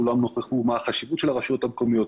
כולם נוכחו לדעת מה החשיבות של הרשויות המקומיות,